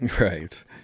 Right